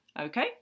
Okay